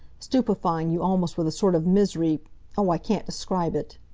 stupefying you almost with a sort of misery oh, i can't describe it!